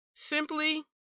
Simply